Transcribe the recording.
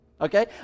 okay